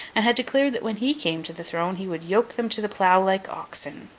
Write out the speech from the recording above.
and had declared that when he came to the throne he would yoke them to the plough like oxen.